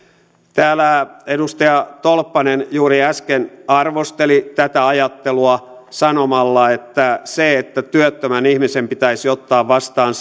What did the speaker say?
täällä edustaja tolppanen juuri äsken arvosteli tätä ajattelua sanomalla että sellaisen vaatiminen että työttömän ihmisen pitäisi ottaa vastaan